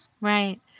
Right